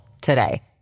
today